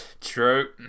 true